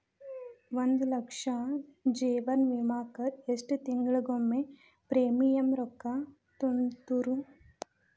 ಒಂದ್ ಲಕ್ಷದ ಜೇವನ ವಿಮಾಕ್ಕ ಎಷ್ಟ ತಿಂಗಳಿಗೊಮ್ಮೆ ಪ್ರೇಮಿಯಂ ರೊಕ್ಕಾ ತುಂತುರು?